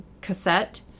cassette